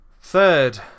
Third